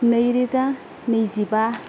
नैरोजा नैजिबा